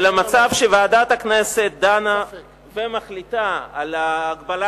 אלא מצב שוועדת הכנסת דנה ומחליטה על הגבלה